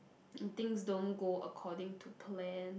things don't go according to plan